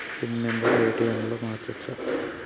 Pin number ATM లో మార్చచ్చా?